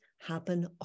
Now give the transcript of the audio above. happen